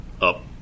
Up